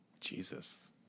Jesus